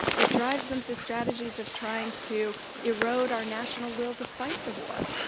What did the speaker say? itdrives them to strategies of trying to erode our national will to fight the war,